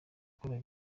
gukora